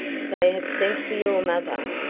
they have sent for your mother.